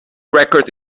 record